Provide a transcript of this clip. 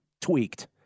tweaked